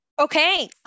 Okay